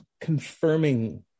confirming